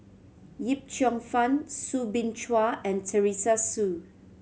Yip Cheong Fun Soo Bin Chua and Teresa Hsu